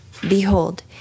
Behold